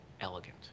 elegant